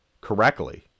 correctly